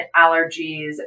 allergies